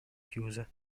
chiuse